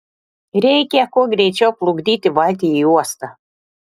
reikia kuo greičiau plukdyti valtį į uostą